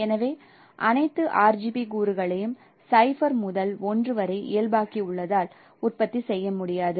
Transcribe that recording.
எனவே அனைத்து RGB கூறுகளையும் 0 முதல் 1 வரை இயல்பாக்கியுள்ளதால் உற்பத்தி செய்ய முடியாது